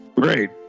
great